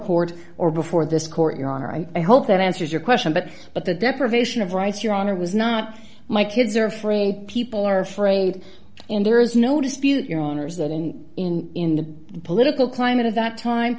court or before this court your honor i hope that answers your question but but the deprivation of rights your honor was not my kids are afraid people are afraid and there is no dispute your honour's that in the political climate of that time